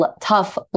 tough